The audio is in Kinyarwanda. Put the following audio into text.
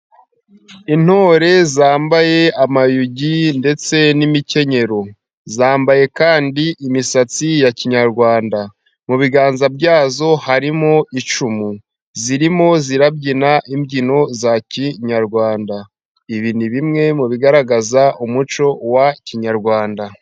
Intore zambaye amayugi ndetse n'imikenyero, zambaye kandi imisatsi ya kinyarwanda, mu biganza byazo harimo icumu, zirimo zirabyina imbyino za kinyarwanda. Ibi ni bimwe mu bigaragaza umuco wa kinyarwanda.